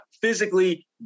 physically